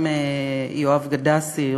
גם יואב גדסי,